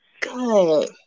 Good